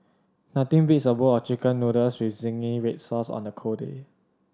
nothing beats a bowl of Chicken Noodles with zingy red sauce on a cold day